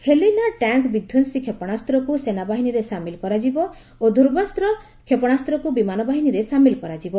Helina tank ବିଧ୍ବଂସୀ କ୍ଷେପଣାସ୍ତ୍ରକୁ ସେନାବାହିନୀରେ ସାମିଲ୍ କରାଯିବ ଓ ଧ୍ରୁବାସ୍ତ୍ର କ୍ଷେପଶାସ୍ତ୍ରକୁ ବିମାନବାହିନୀରେ ସାମିଲ୍ କରାଯିବ